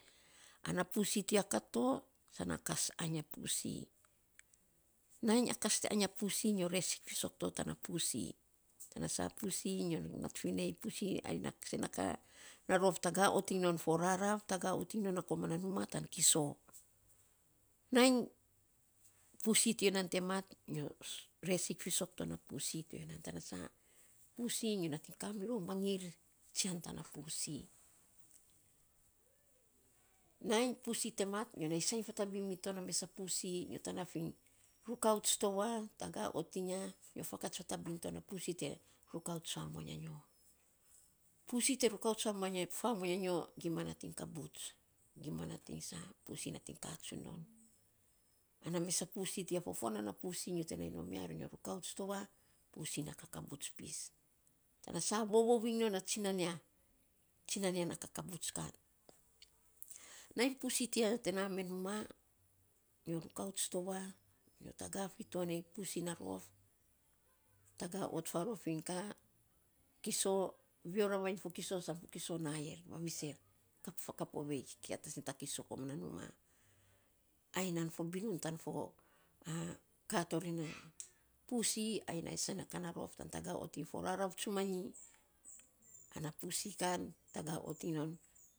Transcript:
Ana pussy ti ya kat to sana kas ainy ya pussy. Nainy a kas te ainy ya pussy nyo resik fisok to tana pussy. Tana sa pussy, nyo nat finei, pussy ai na sen na ka na rof taga ot iny non fo rarav, taga ot iny non na numa tan kiso. Nainy pussy ti ya te mat, nyo resik fisok to na pussy to ya nan. Tana sa pussy nyo nating ka mirou mangir tsian tana pussy. nainy pussy te mat, nyo nainy sainy fatabin mito na mes a pussy, nyo tanaf iny rukauts to ya, taga ot iny ya nyo fakats fatabin to na pussy te rakauts famuan anyo pusssy te rukaut famuan a nyo gima nating kabuts, gima nating saa, pussy nating katun ka tsun non. Ana mes a pussy fofuan nana pussy nyo te nainy nom ya nyo rurauts to ya, pussy na kakabuts pis tana sa vovou iny non a tsinan ya, tsinan ya na kakabuts kan. Nainy pussy ti ya te naame numa nyo rakauts to ya, nyo taga fi to nei pussy na rof taga ot farof iny ka, kiso, vio ravainy fo kisio san fo kisio na yer vavis er. Kat fakap ovei kia ta sen ta kiso numa. Ai nan fo binun tan fo ka tori nan. Pussy ai na sen a ka na rof tan taga ot iny a fo rarav tsumanyi ana pussy kan taga ot iny non.